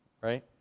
right